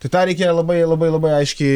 tai tą reikėjo labai labai labai aiškiai